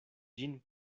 ĝin